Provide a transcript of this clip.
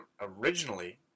originally